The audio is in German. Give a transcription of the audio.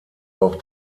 auch